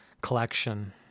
collection